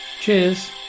cheers